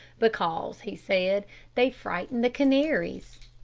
because, he said, they frightened the canaries.